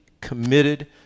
committed